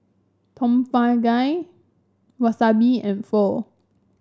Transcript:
Tom Kha Gai Wasabi and Pho